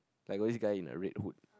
like got this guy in a red hood